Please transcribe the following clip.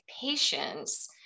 patients